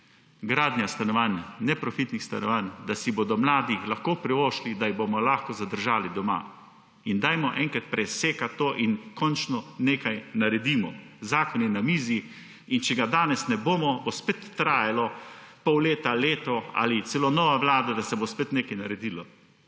gradnja stanovanj, neprofitnih stanovanj, da si bodo mladi lahko privoščili, da jih bomo lahko zadržali doma. Dajmo enkrat presekati to in končno nekaj naredimo. Zakon je na mizi, in če ga danes ne bomo podprli, bo spet trajalo pol leta, leto ali bo celo nova vlada, da se bo spet nekaj naredilo.